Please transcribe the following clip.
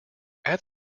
add